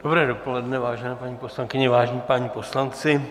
Dobré dopoledne, vážené paní poslankyně, vážení páni poslanci.